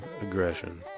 aggression